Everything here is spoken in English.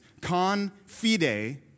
confide